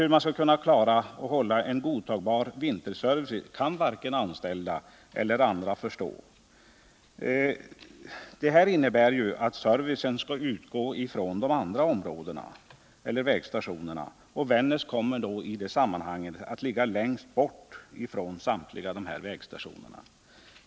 Hur man skall kunna hålla en godtagbar vinterservice kan varken anställda eller andra förstå. Planen innebär att servicen skall utgå från andra områden, och Vännäs kommer i det sammanhanget att ligga längst bort från samtliga dessa.